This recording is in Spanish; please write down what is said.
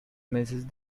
meses